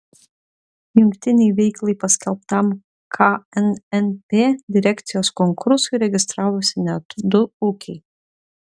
jungtinei veiklai paskelbtam knnp direkcijos konkursui registravosi net du ūkiai